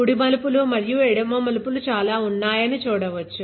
కుడి మలుపులు మరియు ఎడమ మలుపులు చాలా ఉన్నాయని చూడవచ్చు